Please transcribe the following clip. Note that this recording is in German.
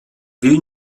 will